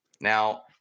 Now